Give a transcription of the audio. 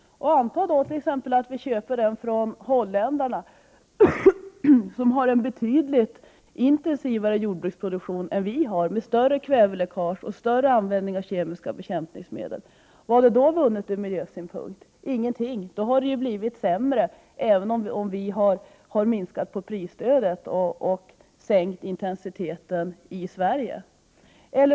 Anta att vi då köper den från holländarna, som har en betydligt intensivare jordbruksproduktion än vad vi har, med större kväveläckage och större användning av kemiska bekämpningsmedel — vad är då vunnet ur miljösynpunkt? Ingenting! Då har det blivit sämre även om vi har minskat prisstödet och sänkt intensiteten i Sverige.